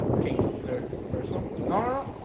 kingdom there. it is the first one nora